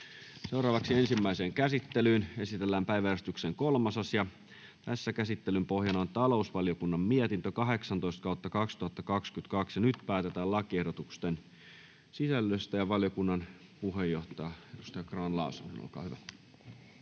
Content: Ensimmäiseen käsittelyyn esitellään päiväjärjestyksen 3. asia. Käsittelyn pohjana on talousvaliokunnan mietintö TaVM 18/2022 vp. Nyt päätetään lakiehdotusten sisällöstä. — Valiokunnan puheenjohtaja, edustaja Grahn-Laasonen, olkaa hyvä.